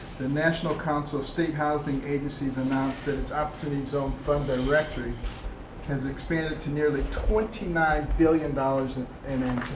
the national council of state housing agencies announced that its opportunity zone fund directory has expanded to nearly twenty nine billion dollars in and